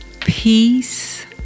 Peace